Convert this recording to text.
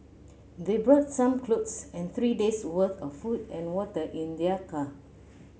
they brought some clothes and three days' worth of food and water in their car